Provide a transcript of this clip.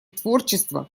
творчества